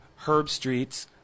Herbstreets